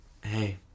Hey